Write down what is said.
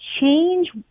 change